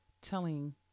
telling